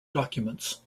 documents